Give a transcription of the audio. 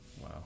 Wow